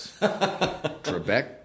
Trebek